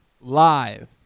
live